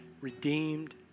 redeemed